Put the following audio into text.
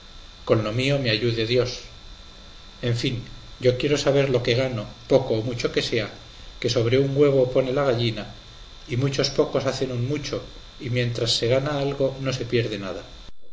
con lo mío me ayude dios en fin yo quiero saber lo que gano poco o mucho que sea que sobre un huevo pone la gallina y muchos pocos hacen un mucho y mientras se gana algo no se pierde nada